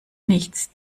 nichts